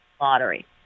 Lottery